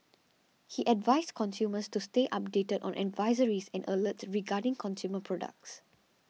he advised consumers to stay updated on advisories and alerts regarding consumer products